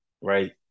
right